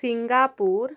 Singapore